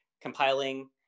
compiling